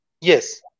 Yes